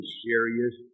serious